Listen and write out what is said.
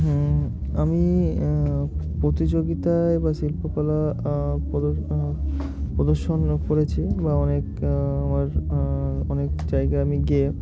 আমি প্রতিযোগিতায় বা শিল্পকলা প্রদ প্রদর্শন করেছি বা অনেক আমার অনেক জায়গায় আমি গিয়ে